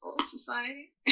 Society